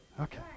Okay